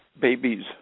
babies